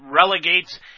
Relegates